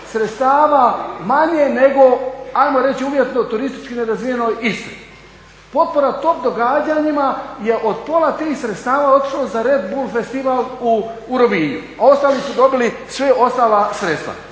sredstava manje nego ajmo reći uvjetno turistički nerazvijenoj Istri. Potpora tim događanjima je od pola tih sredstava otišlo za RED BULL Festival u Rovinju, a ostali su dobili ostala sredstva.